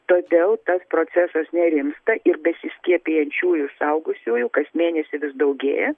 todėl tas procesas nerimsta ir besiskiepijančiųjų suaugusiųjų kas mėnesį vis daugėja